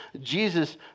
Jesus